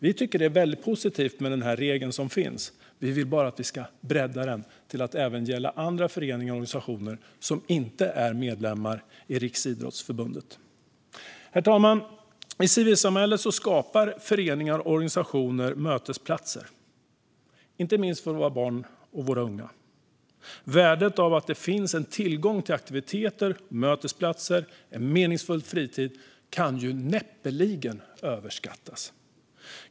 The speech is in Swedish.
Vi tycker att det är väldigt positivt med den regel som finns; vi vill bara att vi ska bredda den till att även gälla andra föreningar och organisationer som inte är medlemmar i Riksidrottsförbundet. Herr talman! I civilsamhället skapar föreningar och organisationer mötesplatser, inte minst för våra barn och unga. Värdet av att det finns tillgång till aktiviteter, mötesplatser och en meningsfull fritid kan näppeligen överskattas.